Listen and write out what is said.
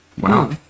Wow